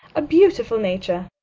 a beautiful nature.